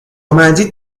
مجید